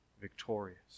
victorious